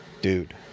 Dude